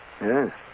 Yes